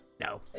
No